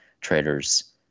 traders